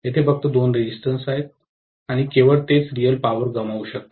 तेथे फक्त दोन रेजिस्टन्सं आहेत आणि केवळ तेच रीयल पॉवर गमावू शकतात